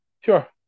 Sure